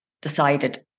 decided